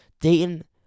Dayton